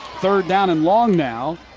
third down and long now.